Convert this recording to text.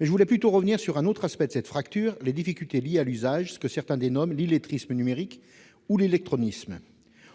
Je voudrais plutôt revenir sur un autre aspect de cette fracture : les difficultés liées à l'usage, que certains dénomment l'illettrisme numérique, ou l'illectronisme.